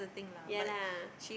ya lah